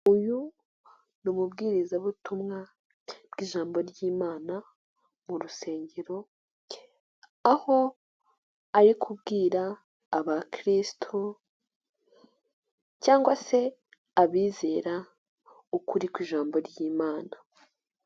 Uyu ni umubwirizabutumwa bw'ijambo ry'imana mu Rusengero. Aho ari kubwira abakristo cyangwa se abizera ukuri kw'ijambo ry'imana.